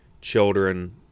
children